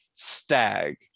stag